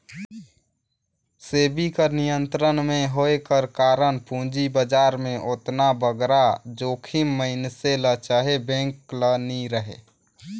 सेबी कर नियंत्रन में होए कर कारन पूंजी बजार में ओतना बगरा जोखिम मइनसे ल चहे बेंक ल नी रहें